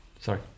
sorry